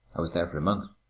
i was there for a month.